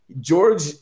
George